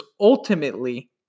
ultimately